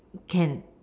can